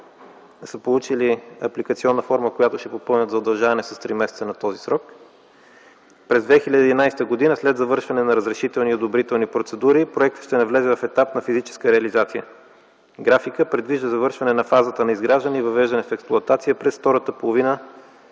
са получили апликационна форма, която ще попълнят за удължаване с три месеца на този срок. През 2011 г. след завършване на разрешителни и одобрителни процедури проектът ще навлезе в етап на физическа реализация. Графикът предвижда завършване на фазата на изграждане и въвеждане в експлоатация през втората половина